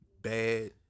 bad